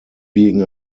being